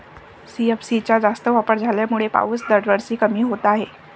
CFC चा जास्त वापर झाल्यामुळे पाऊस दरवर्षी कमी होत आहे